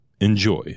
Enjoy